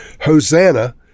Hosanna